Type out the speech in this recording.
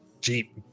Jeep